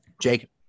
Jake